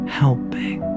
helping